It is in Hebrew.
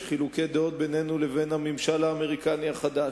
חילוקי דעות בינינו לבין הממשל האמריקני החדש.